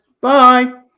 Bye